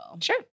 Sure